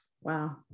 Wow